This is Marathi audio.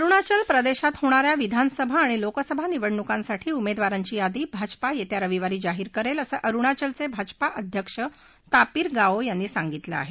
अरुणाचल प्रदेशात होणा या विधानसभा आणि लोकसभा निवडणूकांसाठी उमेदवारांची यादी भाजपा येत्या रविवारी जाहीर करेल असं अरुणाचलचे भाजपा अध्यक्ष तापीर गाओ यांनी सांगितलं आहे